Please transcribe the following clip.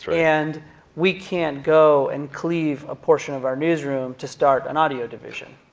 and we can't go and cleave a portion of our newsroom to start an audio division.